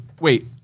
wait